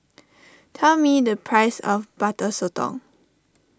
tell me the price of Butter Sotong